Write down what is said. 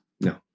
No